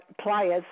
players